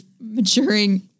maturing